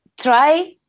try